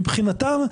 מבחינתם,